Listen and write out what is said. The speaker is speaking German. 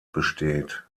besteht